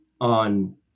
on